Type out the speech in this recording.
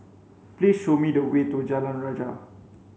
please show me the way to Jalan Rajah